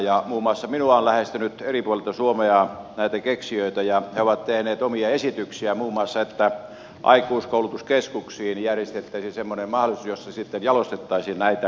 muun muassa minua on lähestynyt eri puolilta suomea näitä keksijöitä ja he ovat tehneet omia esityksiä muun muassa että aikuiskoulutuskeskuksiin järjestettäisiin semmoinen mahdollisuus jossa sitten jalostettaisiin näitä